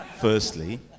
firstly